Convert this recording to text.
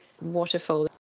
waterfall